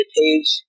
page